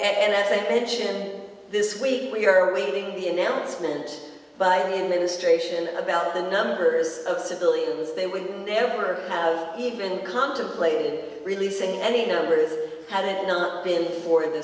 so mention this week we are awaiting the announcement by the ministration about the numbers of civilians they would never have even contemplated releasing any numbers had it not been for the